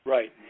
Right